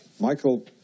Michael